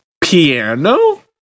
piano